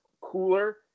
cooler